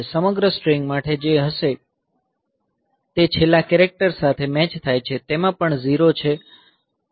સમગ્ર સ્ટ્રીંગ માટે જે હશે તે છેલ્લા કેરેક્ટર સાથે મેચ થાય છે તેમાં પણ 0 હશે